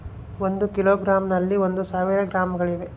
ಒಂದು ಕಿಲೋಗ್ರಾಂ ನಲ್ಲಿ ಒಂದು ಸಾವಿರ ಗ್ರಾಂಗಳಿವೆ